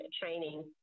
training